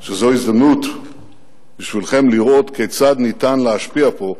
שזאת הזדמנות בשבילכם לראות כיצד אפשר להשפיע פה,